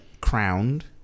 crowned